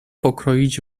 pokroić